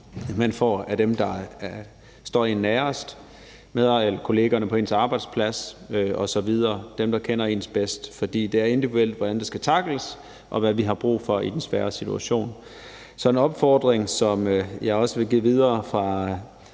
man får af dem, der står en nærmest, kollegaerne på ens arbejdsplads osv., altså dem, der kender en bedst. For det er individuelt, hvordan det skal tackles, og hvad vi har brug for i den svære situation. Så der er også en opfordring, som jeg vil give videre fra